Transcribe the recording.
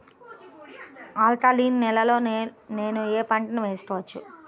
Alkaline నేలలో నేనూ ఏ పంటను వేసుకోవచ్చు?